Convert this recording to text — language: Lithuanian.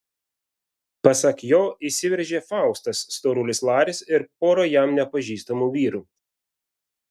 pasak jo įsiveržė faustas storulis laris ir pora jam nepažįstamų vyrų